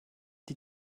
die